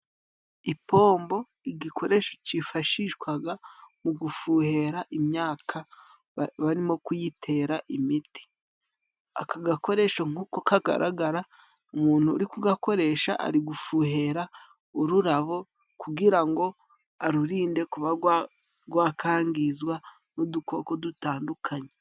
Ipombo igikoresho cyifashishwaga mu gufuhera imyaka barimo kuyitera imiti. Aka gakoresho nk'uko kagaragara umuntu uri kugakoresha ari gufuhera ururabo, kugira ngo arurinde kuba gwakwangizwa n'udukoko dutandukanye.